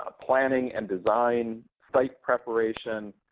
ah planning and design, site preparation,